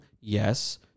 Yes